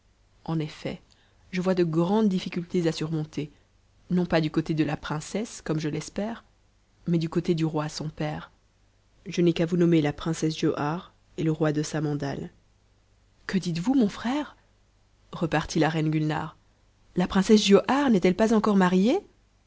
en effet je vois de grandes dimcuttés à surmonter non pas du côté de la princesse comme je l'espère mais du côté du roi son père je n'ai qu'à vous nommer ia princesse giauhare et le roi de samandal que dites-vous mon frère repartit la reine gulnare la princesse giauhare n'est-elle pas encore mariée